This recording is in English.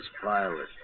pilot